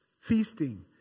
feasting